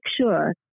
sure